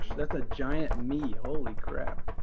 that's a giant me. holy crap.